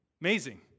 Amazing